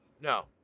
No